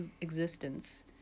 existence